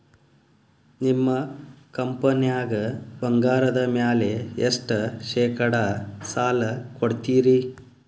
ನಿಮ್ಮ ಕಂಪನ್ಯಾಗ ಬಂಗಾರದ ಮ್ಯಾಲೆ ಎಷ್ಟ ಶೇಕಡಾ ಸಾಲ ಕೊಡ್ತಿರಿ?